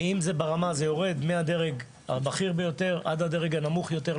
וזה יורד מהדרג הבכיר ביותר לדרג הנמוך יותר,